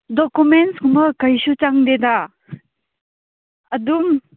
ꯗꯣꯀꯨꯃꯦꯟꯁꯀꯨꯝꯕ ꯀꯔꯤꯁꯨ ꯆꯪꯗꯦꯗ ꯑꯗꯨꯝ